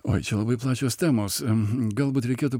oi čia labai plačios temos galbūt reikėtų